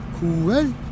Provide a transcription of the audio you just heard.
Cool